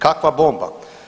Kakva bomba.